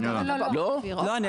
בית המשפט